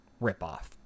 ripoff